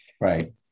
right